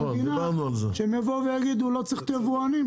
המדינה שהם יגידו: לא צריך את היבואנים.